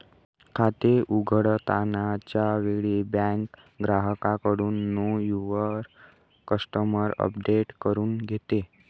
खाते उघडताना च्या वेळी बँक ग्राहकाकडून नो युवर कस्टमर अपडेट करून घेते